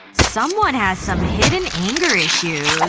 someone has some hidden anger issues,